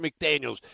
McDaniels